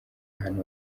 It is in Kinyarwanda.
ahantu